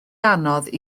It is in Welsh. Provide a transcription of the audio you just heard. anodd